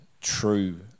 true